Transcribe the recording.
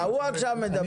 עכשיו הוא מדבר.